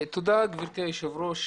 תודה גבירתי היושבת-ראש.